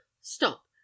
stop